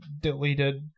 deleted